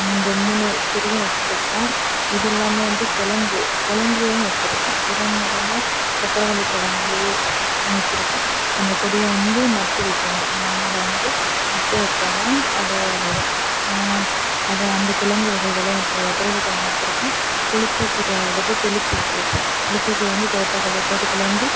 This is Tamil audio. இந்த மூணு செடியும் வச்சிருக்கோம் இதல்லாம வந்து கெழங்கு கெழங்கும் வச்சிருக்கோம் கெழங்குன்னா சக்கரைவள்ளிக் கெழங்கு வச்சிருக்கோம் அந்தக் கொடியை வந்து நட்டு வைக்கணும் மண்ணில் வந்து நட்டு வெச்சால் தான் அது வரும் அது அந்தக் கிழங்கு வகைகளும் வச் சக்கரைவள்ளிக் கெழங்கு வச்சிருக்கோம் புளிச்சக்கீரை வெதை தெளித்து விட்ருக்கோம் புளிச்சக்கீரை வந்து தோட்டக்கலை தோட்டத்தில் வந்து